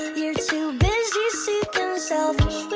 you're too busy seeking selfish